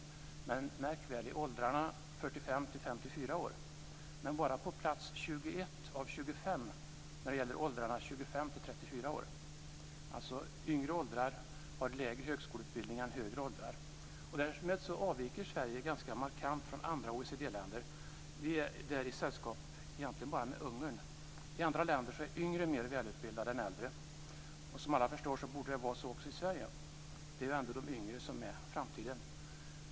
Men detta är, märk väl, i åldrarna 45-54 år. Vi ligger bara på plats 21 av 25 när det gäller åldrarna 25-34 år. I yngre åldrar är alltså högskoleutbildningen lägre än i högre åldrar. Därmed avviker Sverige ganska markant från andra OECD-länder. Vi är i sällskap egentligen bara med Ungern. I andra länder är yngre mer välutbildade än äldre. Som alla förstår borde det vara så också i Sverige. Det är ändå de yngre som är framtiden.